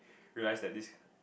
realise that this